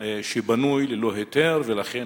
שבנוי ללא היתר, ולכן